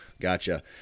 Gotcha